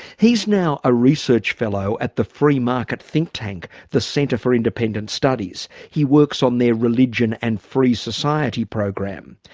he's now a research fellow at the free-market think tank, the centre for independent studies. he works on their religion and the free society program.